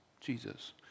Jesus